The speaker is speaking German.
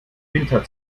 winter